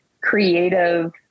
creative